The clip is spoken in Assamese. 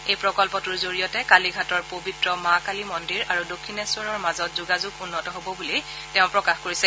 এই প্ৰকল্পটোৰ জৰিয়তে কালিঘাটৰ পৱিত্ৰ মা কালী মন্দিৰ আৰু দক্ষিণেশ্বৰৰ মাজত যোগাযোগ উন্নত হব বুলি প্ৰধানমন্ত্ৰীয়ে প্ৰকাশ কৰিছে